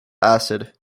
acid